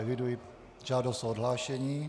Eviduji žádost o odhlášení.